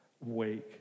Wake